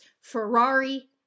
Ferrari